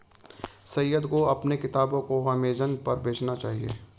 सैयद को अपने किताबों को अमेजन पर बेचना चाहिए